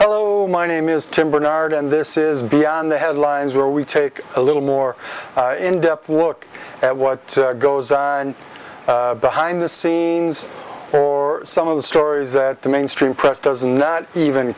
hello my name is tim barnard and this is beyond the headlines where we take a little more in depth look at what goes on behind the scenes or some of the stories that the mainstream